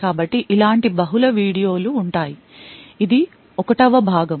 కాబట్టి ఇలాంటి బహుళ వీడియోలు ఉంటాయి ఇది 1వ భాగం